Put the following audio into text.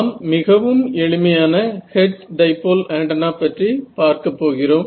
நாம் மிகவும் எளிமையான ஹெர்ட்ஸ் டைபோல் ஆண்டனா பற்றி பார்க்கப் போகிறோம்